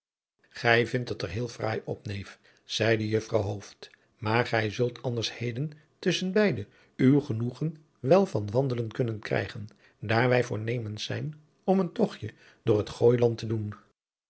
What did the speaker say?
gij vindt het er heel fraai op neef zeide mejuffrouw hooft maar gij zult anders heden tusschen beide uw genoegen wel van wandelen kunnen krijgen daar wij voornemens zijn om een togtje door het gooiland te doen